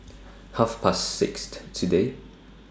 Half Past today